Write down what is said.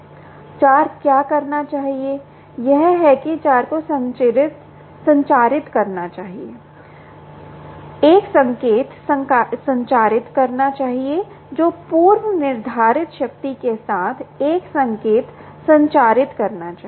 4 क्या करना चाहिए यह है कि 4 को संचारित करना चाहिए संचारित करना चाहिए एक संकेत संचारित करना चाहिए जो पूर्व निर्धारित शक्ति के साथ एक संकेत संचारित करना चाहिए